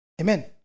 Amen